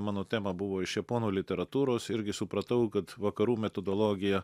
mano tema buvo iš japonų literatūros irgi supratau kad vakarų metodologija